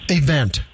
event